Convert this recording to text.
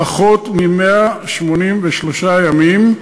פחות מ-183 ימים,